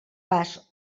pas